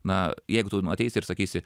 na jeigu tu ateisi ir sakysi